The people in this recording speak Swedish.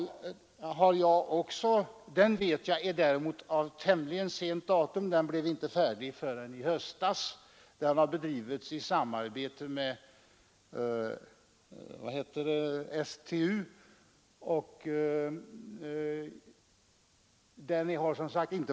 Jag vet att denna roller är av tämligen sent datum, den blev inte färdig förrän i höstas i samarbete med STU.